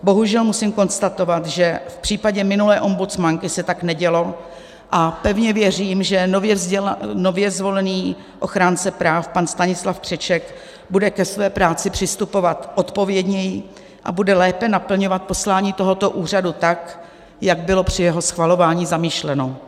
Bohužel musím konstatovat, že v případě minulé ombudsmanky se tak nedělo, a pevně věřím, že nově zvolený ochránce práv pan Stanislav Křeček bude ke své práci přistupovat odpovědněji a bude lépe naplňovat poslání tohoto úřadu, tak jak bylo při jeho schvalování zamýšleno.